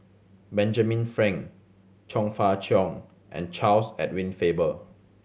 Benjamin Frank Chong Fah Cheong and Charles Edward Faber